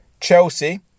Chelsea